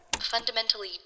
fundamentally